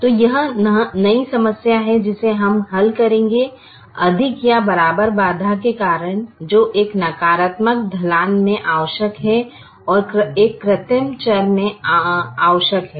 तो यह नई समस्या है जिसे हम हल करेंगे अधिक या बराबर बाधा के कारण जो एक नकारात्मक ढलान में आवश्यक है और एक कृत्रिम चर में आवश्यक है